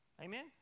Amen